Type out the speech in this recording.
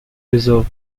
reserve